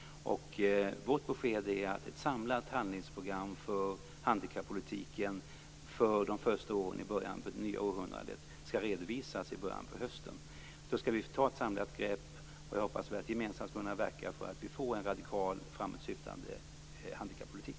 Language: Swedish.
Vårt besked är att ett samlat handlingsprogram för handikappolitiken för de första åren i början av det nya århundradet skall redovisas i början av hösten. Då skall vi ta ett samlat grepp, och jag hoppas att vi gemensamt skall kunna verka för att vi får en radikal framåtsyftande handikappolitik.